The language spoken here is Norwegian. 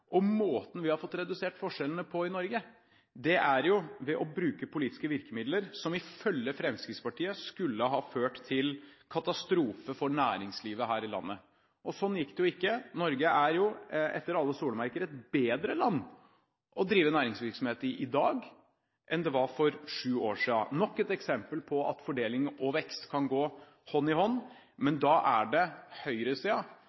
verden. Måten vi har fått redusert forskjellene på i Norge, er ved å bruke politiske virkemidler – som ifølge Fremskrittspartiet skulle ha ført til katastrofe for næringslivet her i Norge. Sånn gikk det jo ikke. Norge er etter alle solemerker et bedre land å drive næringsvirksomhet i i dag enn det var for sju år siden – nok et eksempel på at fordeling og vekst kan gå hånd i hånd. Men